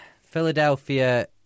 Philadelphia